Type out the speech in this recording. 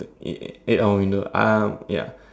eight hour in the um yeah